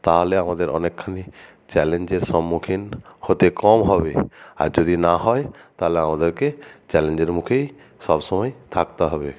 তাহলে আমাদের অনেকখানি চ্যালেঞ্জের সম্মুখীন হতে কম হবে আর যদি না হয় তাহলে আমাদেরকে চ্যালেঞ্জের মুখেই সব সময় থাকতে হবে